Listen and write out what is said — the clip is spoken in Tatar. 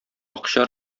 акча